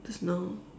just now